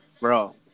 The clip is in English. bro